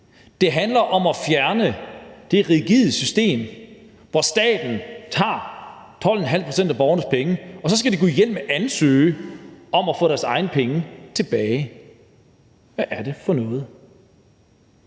Det handler om at fjerne det rigide system, hvor staten tager 12,5 pct. af borgernes penge, og så skal de gudhjælpemig ansøge om at få deres egne penge tilbage. Hvad er det for noget!